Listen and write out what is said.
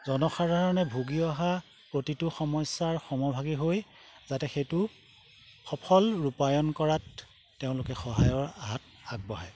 জনসাধাৰণে ভোগী অহা প্ৰতিটো সমস্যাৰ সমভাগী হৈ যাতে সেইটো সফল ৰূপায়ন কৰাত তেওঁলোকে সহায়ৰ হাত আগবঢ়ায়